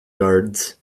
guards